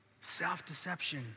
Self-deception